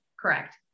Correct